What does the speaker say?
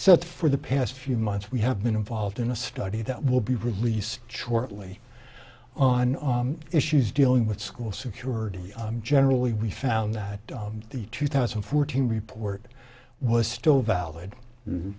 so for the past few months we have been involved in a study that will be released shortly on issues dealing with school security generally we found that the two thousand and fourteen report was still valid